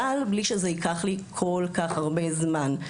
אבל בלי שזה ייקח לי כל כך הרבה זמן.